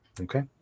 Okay